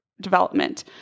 development